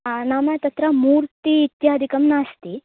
नाम तत्र मूर्तिः इत्यादिकं नास्ति